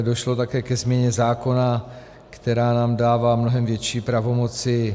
Došlo také ke změně zákona, která nám dává mnohem větší pravomoci.